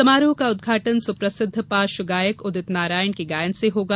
समारोह का उदघाटन सुप्रसिद्ध पार्श्व गायक उदित नारायण के गायन से होगा